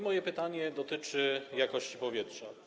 Moje pytanie dotyczy jakości powietrza.